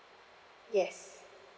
yes